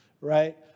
right